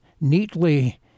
neatly